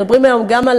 מדברים היום גם על